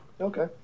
okay